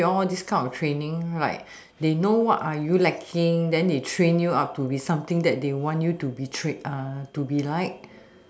give your this kind of training like they know what are you lacking then they train you up to be something that they want you to be trained to be like